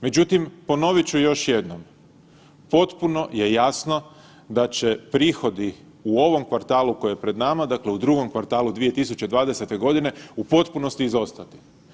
Međutim, ponovit ću još jednom, potpuno je jasno da će prihodi u ovom kvartalu koji je pred nama dakle u drugom kvartalu 2020.godine u potpunosti izostati.